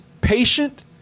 patient